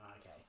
okay